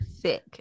thick